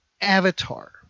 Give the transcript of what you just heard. Avatar